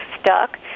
stuck